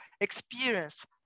experience